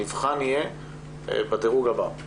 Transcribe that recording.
המבחן יהיה בדירוג הבא.